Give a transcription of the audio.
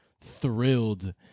thrilled